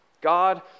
God